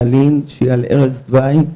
באלי"ן, היא על ערש דווי,